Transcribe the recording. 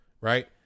right